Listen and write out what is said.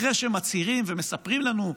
אחרי שמצהירים ומספרים לנו,